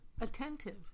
attentive